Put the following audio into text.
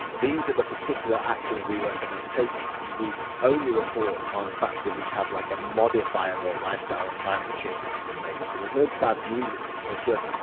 these are the particular actions we recommend taking. and we only report on factors which have like a modifiable lifestyle and environment change that you can make. so there's no bad news in this. there's just,